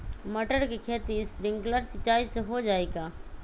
मटर के खेती स्प्रिंकलर सिंचाई से हो जाई का?